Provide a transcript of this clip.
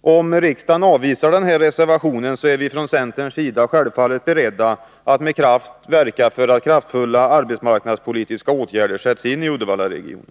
Om riksdagen avvisar denna reservation, är vi från centerns sida självfallet beredda att med kraft verka för att kraftfulla arbetsmarknadspolitiska åtgärder sätts in i Uddevallaregionen.